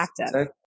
active